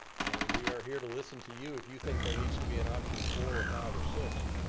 and we are here to listen to you, if you think there needs to be an option four, or five or six.